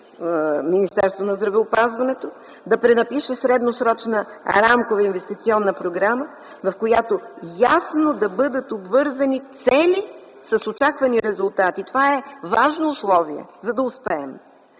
Министерството на здравеопазването, да пренапишем средносрочна рамкова инвестиционна програма, в която ясно да бъдат обвързани цели с очаквани резултати. Това е важно условие, за да успеем.